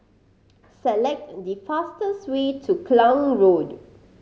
select the fastest way to Klang Road